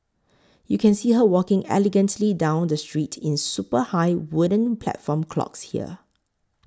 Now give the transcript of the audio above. you can see her walking elegantly down the street in super high wooden platform clogs here